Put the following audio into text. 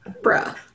Bruh